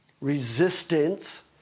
resistance